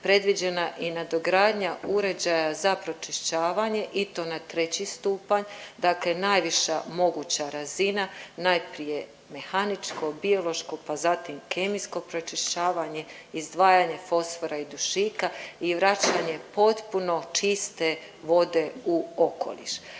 predviđena i nadogradnja uređaja za pročišćavanje i to na treći stupanj, dakle najviša moguća razina, najprije mehaničkog, biološkog, pa zatim kemijsko pročišćavanje, izdvajanje fosfora i dušika i vraćanje potpuno čiste vode u okoliš.